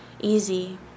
easy